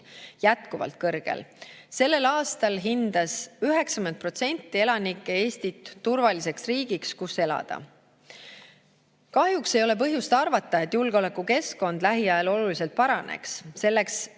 jätkuvalt kõrgel. Sellel aastal hindas 90% elanikke Eestit turvaliseks riigiks, kus elada. Kahjuks ei ole põhjust arvata, et julgeolekukeskkond lähiajal oluliselt paraneks. Selleks,